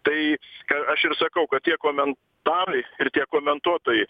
tai ką aš ir sakau kad tie komentarai ir tie komentuotojai